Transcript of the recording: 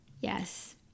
yes